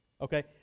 Okay